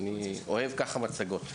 אני אוהב ככה מצגות.